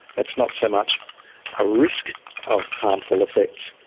it's not so much a risk of harmful effects,